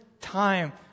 time